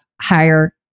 higher